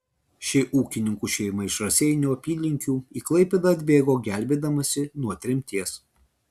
ši ūkininkų šeima iš raseinių apylinkių į klaipėdą atbėgo gelbėdamasi nuo tremties